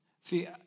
See